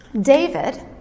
david